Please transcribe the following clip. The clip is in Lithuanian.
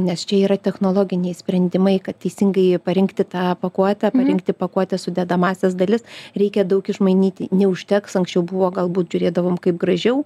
nes čia yra technologiniai sprendimai kad teisingai parinkti tą pakuotę parinkti pakuotės sudedamąsias dalis reikia daug išmainyti neužteks anksčiau buvo galbūt žiūrėdavom kaip gražiau